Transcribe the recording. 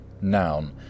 noun